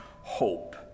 hope